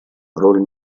роль